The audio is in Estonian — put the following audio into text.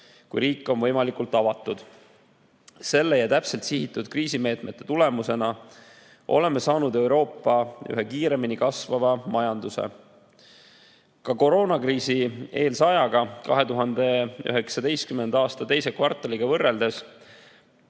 kus riik on võimalikult avatud. Selle ja täpselt sihitud kriisimeetmete tulemusena on meil Euroopa üks kõige kiiremini kasvavaid majandusi. Ka koroonakriisieelse ajaga, 2019. aasta teise kvartaliga võrreldes